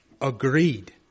agreed